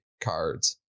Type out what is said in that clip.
cards